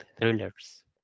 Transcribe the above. thrillers